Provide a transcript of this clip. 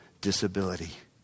disability